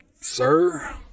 sir